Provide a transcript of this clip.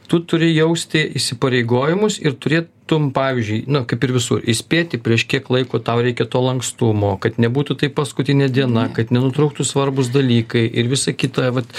tu turi jausti įsipareigojimus ir turėtum pavyzdžiui nu kaip ir visur įspėti prieš kiek laiko tau reikia to lankstumo kad nebūtų tai paskutinė diena kad nenutrūktų svarbūs dalykai ir visa kita vat